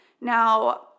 Now